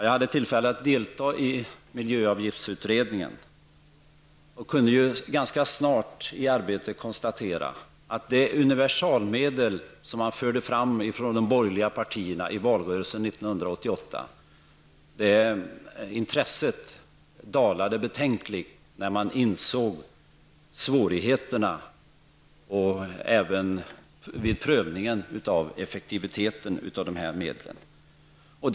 Jag hade tillfälle att delta i miljöavgiftsutredningen och kunde ganska snart i det arbetet konstatera att intresset för det universalmedel som de borgerliga partierna förde fram i valrörelsen 1988 dalade betänkligt när man insåg svårigheterna och även vid prövningen av detta medels effektivitet.